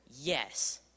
yes